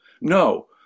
No